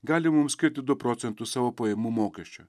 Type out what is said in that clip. gali mums skirti du procentus savo pajamų mokesčio